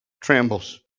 trembles